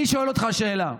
אני שואל אותך שאלה: